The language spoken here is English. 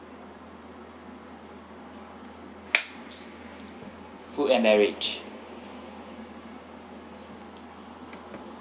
food and beverage